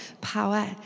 power